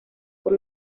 por